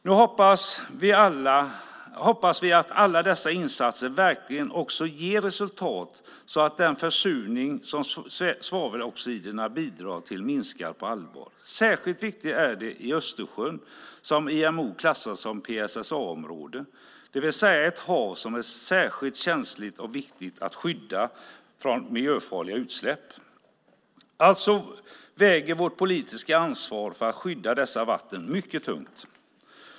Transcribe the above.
Nu hoppas vi att alla dessa insatser verkligen också ger resultat så att den försurning som svaveloxiderna bidrar till minskar på allvar. Särskilt viktigt är det i Östersjön som IMO klassar som PSSA-område, det vill säga ett hav som är särskilt känsligt och som det är viktigt att skydda från miljöfarliga utsläpp. Vårt politiska ansvar för att skydda dessa vatten väger mycket tungt.